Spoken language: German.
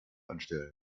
anstellen